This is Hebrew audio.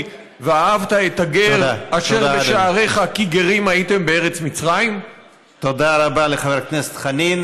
את העובדה שגם יעקב אבינו היה מסתנן למצרים בגלל רעב בארץ כנען?